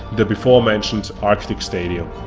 the before-mentioned arctic stadium.